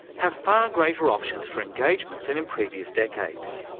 have far greater options for engagement than in previous decades.